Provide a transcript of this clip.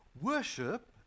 Worship